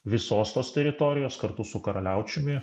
visos tos teritorijos kartu su karaliaučiumi